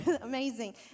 amazing